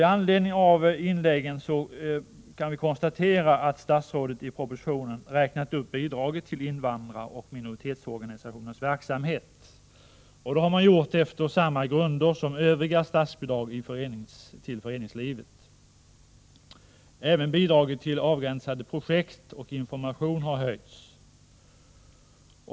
I anledning av deras inlägg kan jag konstatera att statsrådet i propositionen har räknat upp bidraget till invandraroch minoritetsorganisationernas verksamhet efter samma grunder som Övriga statsbidrag till föreningslivet. Även bidraget till avgränsade projekt och information har höjts.